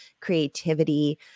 creativity